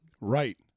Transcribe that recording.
right